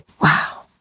Wow